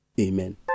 Amen